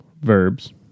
verbs